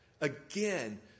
Again